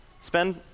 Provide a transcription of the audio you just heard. spend